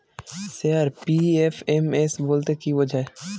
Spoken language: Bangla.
স্যার পি.এফ.এম.এস বলতে কি বোঝায়?